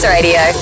Radio